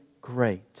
great